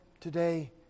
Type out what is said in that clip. today